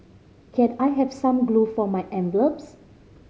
can I have some glue for my envelopes